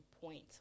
point